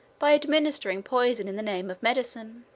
by administering poison in the name of medicine.